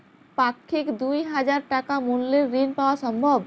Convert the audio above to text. পাক্ষিক দুই হাজার টাকা মূল্যের ঋণ পাওয়া সম্ভব?